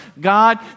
God